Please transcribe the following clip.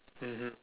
mmhmm